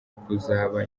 kuzaba